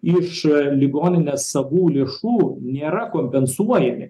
iš ligoninės savų lėšų nėra kompensuojami